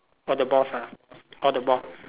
orh the boss ah orh the bo~